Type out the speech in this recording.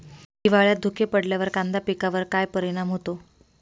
हिवाळ्यात धुके पडल्यावर कांदा पिकावर काय परिणाम होतो?